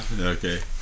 okay